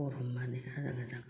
गरमानो आजां गाजां